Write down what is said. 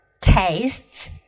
tastes